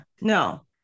No